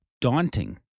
daunting